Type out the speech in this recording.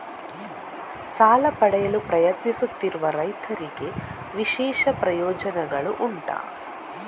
ಸಾಲ ಪಡೆಯಲು ಪ್ರಯತ್ನಿಸುತ್ತಿರುವ ರೈತರಿಗೆ ವಿಶೇಷ ಪ್ರಯೋಜನೆಗಳು ಉಂಟಾ?